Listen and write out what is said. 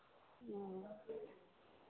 ओ